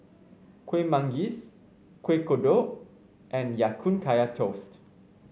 Kueh Manggis Kuih Kodok and Ya Kun Kaya Toast